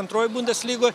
antroj bundeslygoj